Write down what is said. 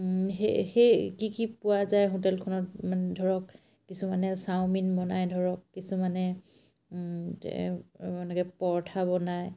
সেই সেই কি কি পোৱা যায় হোটেলখনত মানে ধৰক কিছুমানে চাওমিন বনাই ধৰক কিছুমানে এনেকৈ পৰঠা বনায়